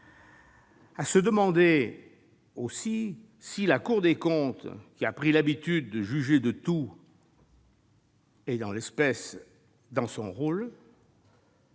à se demander si la Cour des comptes, qui a pris l'habitude de juger de tout, est, en l'occurrence, dans son rôle.